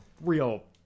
real